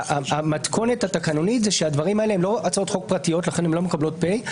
המתכונת התקנונית היא שאלה לא הצעות חוק פרטיות ולכן לא מקבלות פ',